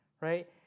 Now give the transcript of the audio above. Right